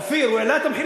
איפה יש תחבורה ציבורית?